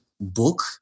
book